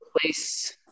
place